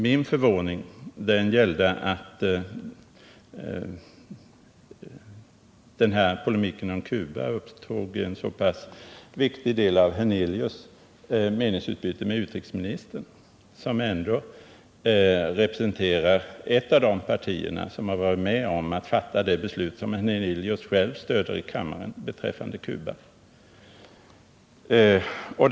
Min förvåning gällde att polemiken om Cuba upptog en så viktig del av herr Hernelius meningsutbyte med utrikesministern, som ändå representerar ett parti som har varit med om att fatta det beslut beträffande Cuba som herr Hernelius själv stöder i kammaren.